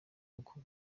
kuko